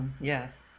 yes